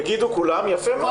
יגידו כולם 'יפה מאוד.